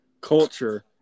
culture